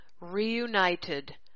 reunited